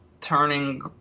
turning